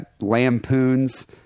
lampoons